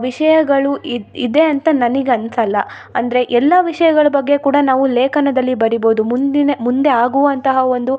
ವಿಷಯಗಳು ಇದೆ ಅಂತ ನನಗ್ ಅನಿಸಲ್ಲ ಅಂದರೆ ಎಲ್ಲ ವಿಷಯಗಳ ಬಗ್ಗೆ ಕೂಡ ನಾವು ಲೇಖನದಲ್ಲಿ ಬರಿಬೋದು ಮುಂದಿನ ಮುಂದೆ ಆಗುವಂತಹ ಒಂದು